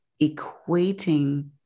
equating